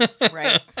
Right